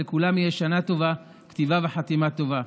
שלכולם תהיה שנה טובה, כתיבה וחתימה טובה.